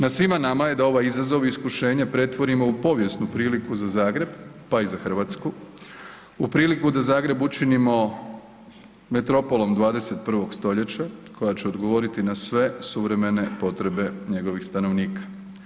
Na svima nama je da ovaj izazov iskušenja pretvorimo u povijesnu priliku za Zagreb, pa i za RH, u priliku da Zagreb učinimo metropolom 21. stoljeća koja će odgovoriti na sve suvremene potrebe njegovih stanovnika.